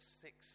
six